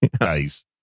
Nice